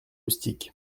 rustiques